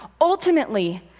Ultimately